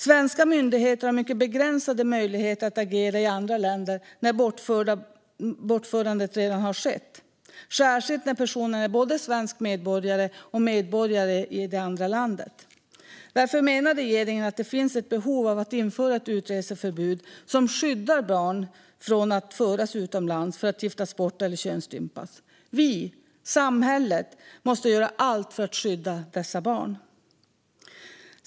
Svenska myndigheter har mycket begränsade möjligheter att agera i andra länder när ett bortförande redan har skett, särskilt när personen är både svensk medborgare och medborgare i det andra landet. Därför menar regeringen att det finns ett behov av att införa ett utreseförbud som skyddar barn från att föras utomlands för att giftas bort eller könsstympas. Vi, samhället, måste göra allt för att skydda dessa barn.